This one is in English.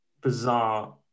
bizarre